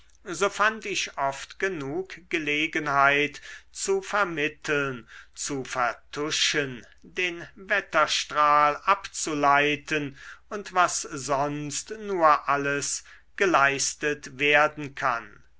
so fand ich oft genug gelegenheit zu vermitteln zu vertuschen den wetterstrahl abzuleiten und was sonst nur alles geleistet werden kann